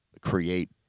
create